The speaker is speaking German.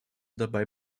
dabei